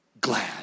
Glad